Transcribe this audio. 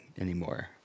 anymore